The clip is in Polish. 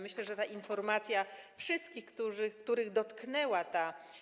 Myślę, że ta informacja wszystkich, których dotknęła ta